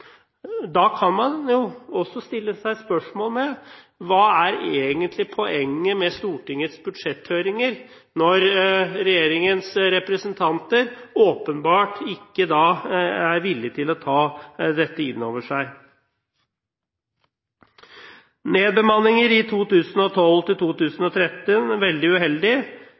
kan man stille seg spørsmål om hva som egentlig er poenget med Stortingets budsjetthøringer – når regjeringens representanter åpenbart ikke er villig til å ta dette inn over seg. Nedbemanninger i 2012–2013 er veldig uheldig,